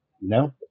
No